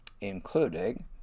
including